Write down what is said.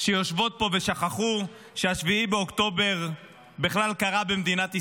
שיושבות פה ושכחו ש-7 באוקטובר בכלל קרה במדינת ישראל.